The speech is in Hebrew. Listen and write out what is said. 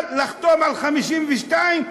אבל לחתום על 52?